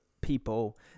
people